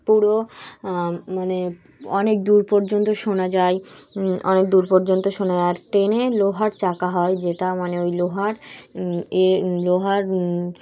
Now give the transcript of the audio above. পুরো মানে অনেক দূর পর্যন্ত শোনা যায় অনেক দূর পর্যন্ত শোনা যায় আর ট্রেনে লোহার চাকা হয় যেটা মানে ওই লোহার এ লোহার